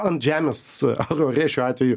ant žemės ar ore šiuo atveju